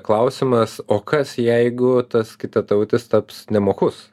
klausimas o kas jeigu tas kitatautis taps nemokus